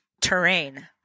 terrain